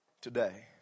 today